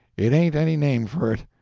it ain't any name for it!